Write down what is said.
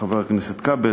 חבר הכנסת כבל.